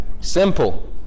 Simple